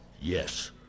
Yes